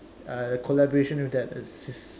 uh collaboration with that sis~